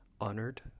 honored